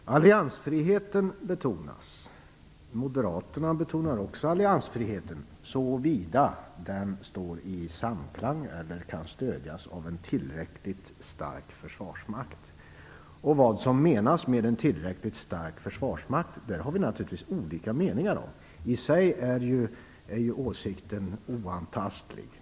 Alliansfriheten betonas. Moderaterna betonar också alliansfriheten - om den står i samklang eller kan stödjas av en tillräckligt stark försvarsmakt. Vad som menas med en tillräckligt stark försvarsmakt har vi naturligtvis olika meningar om. I sig är åsikten oantastlig.